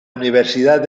universidad